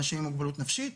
אנשים עם מוגבלות נפשית